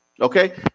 Okay